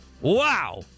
Wow